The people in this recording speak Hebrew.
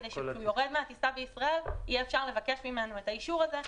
כדי שכשהוא יורד מהטיסה בישראל יהיה אפשר לבקש ממנו את האישור הזה,